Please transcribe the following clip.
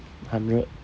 hundred